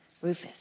Rufus